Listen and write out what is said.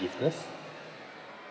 ~giveness